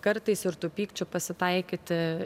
kartais ir tų pykčių pasitaikyti